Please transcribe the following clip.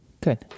Good